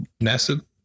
Nasib